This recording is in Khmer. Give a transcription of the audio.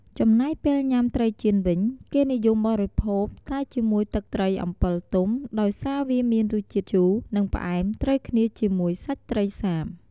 ចំណែកពេលញុាំត្រីចៀនវិញ គេនិយមបរិភោគតែជាមួយទឹកត្រីអម្ពិលទុំ ដោយសារវាមានរសជាតិជូរ និងផ្អែមត្រូវគ្នាជាមួយសាច់ត្រីសាប។